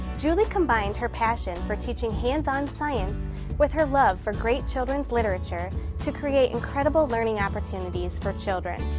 julie combined her passion for teaching hands-on science with her love for great children's literature to create incredible learning opportunities for children.